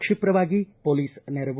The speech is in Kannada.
ಕ್ಷಿಪ್ರವಾಗಿ ಪೊಲೀಸ್ ನೆರವು